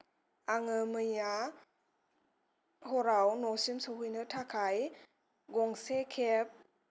आङो मैया न'सिम सहैनो थाखाय गंसे केब